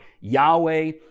Yahweh